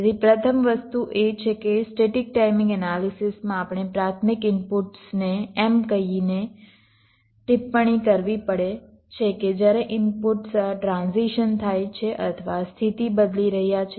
તેથી પ્રથમ વસ્તુ એ છે કે સ્ટેટિક ટાઈમિંગ એનાલિસિસમાં આપણે પ્રાથમિક ઇનપુટ્સને એમ કહીને ટિપ્પણી કરવી પડે છે કે જ્યારે ઇનપુટ્સ ટ્રાન્ઝિશન થાય છે અથવા સ્થિતિ બદલી રહ્યા છે